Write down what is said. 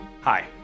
Hi